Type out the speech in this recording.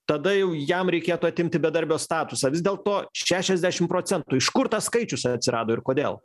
tada jau jam reikėtų atimti bedarbio statusą vis dėlto šešiasdešim procentų iš kur tas skaičius atsirado ir kodėl